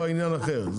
זה כבר עניין אחר.